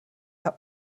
hat